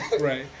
Right